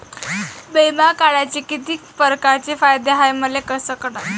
बिमा काढाचे कितीक परकारचे फायदे हाय मले कस कळन?